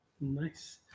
Nice